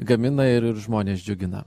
gamina ir žmones džiugina